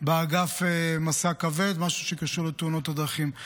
באגף משא כבד משהו שקשור לתאונות הדרכים.